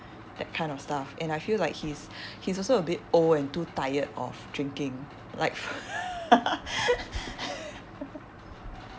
that kind of stuff and I feel like he's also a bit old and too tired of drinking like